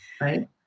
right